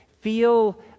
feel